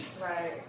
Right